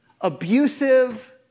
abusive